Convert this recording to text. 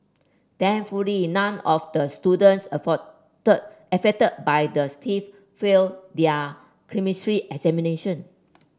thankfully none of the students afford affected by the theft failed their Chemistry examination